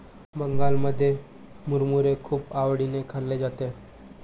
बंगालमध्ये मुरमुरे खूप आवडीने खाल्ले जाते